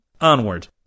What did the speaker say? Onward